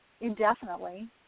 indefinitely